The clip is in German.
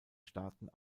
staaten